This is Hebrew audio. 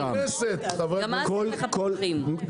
גם אז אין לך פקחים.